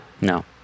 No